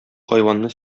хайванны